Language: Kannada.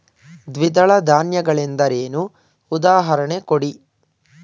ದ್ವಿದಳ ಧಾನ್ಯ ಗಳೆಂದರೇನು, ಉದಾಹರಣೆ ಕೊಡಿ?